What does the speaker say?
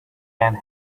and